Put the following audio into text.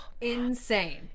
Insane